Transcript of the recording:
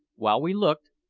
while we looked,